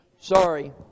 Sorry